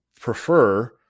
prefer –